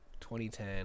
2010